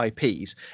ips